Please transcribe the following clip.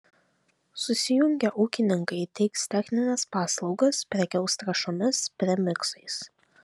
susijungę ūkininkai teiks technines paslaugas prekiaus trąšomis premiksais